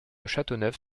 châteauneuf